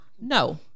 No